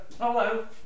hello